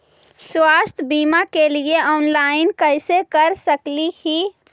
स्वास्थ्य बीमा के लिए ऑनलाइन कैसे कर सकली ही?